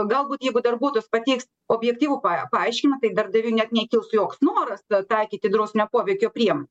galbūt jeigu darbuotojas pateiks objektyvų pa paaiškinimą tai darbdaviui net nekils joks noras t taikyti drausminio poveikio priem